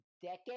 decade